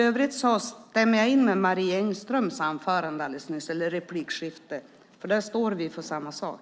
Jag instämmer i övrigt i Marie Engströms replik nyligen. Vi står för samma sak.